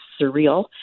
surreal